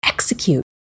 Execute